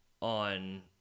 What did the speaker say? on